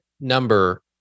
number